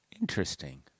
Interesting